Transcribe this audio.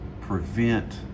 prevent